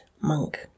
monk